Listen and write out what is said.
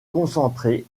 concentré